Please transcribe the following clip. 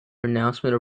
announcement